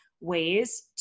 ways